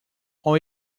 ont